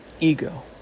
ego